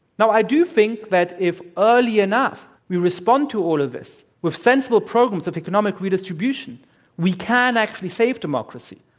now i do think that if early enough we respond to all of this with sensible programs of economic redistribution we can actually save democracy.